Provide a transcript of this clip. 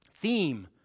theme